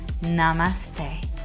Namaste